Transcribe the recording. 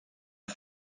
its